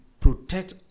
protect